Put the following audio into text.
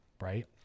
right